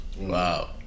Wow